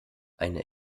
eine